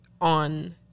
on